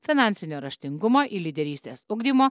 finansinio raštingumo ir lyderystės ugdymo